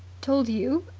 told you?